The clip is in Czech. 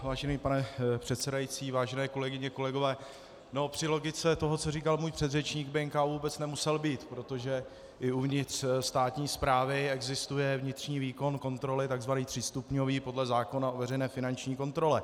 Vážený pane předsedající, vážené kolegyně, kolegové, při logice toho, co říkal můj předřečník, by NKÚ vůbec nemusel být, protože i uvnitř státní správy existuje vnitřní výkon kontroly, takzvaný třístupňový, podle zákona o veřejné finanční kontrole.